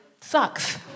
sucks